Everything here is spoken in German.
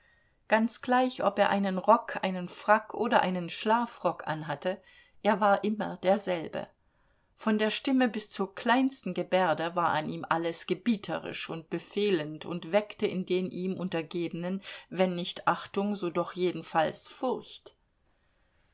ganz gleich ob er einen rock einen frack oder einen schlafrock anhatte er war immer derselbe von der stimme bis zur kleinsten gebärde war an ihm alles gebieterisch und befehlend und weckte in den ihm untergebenen wenn nicht achtung so doch jedenfalls furcht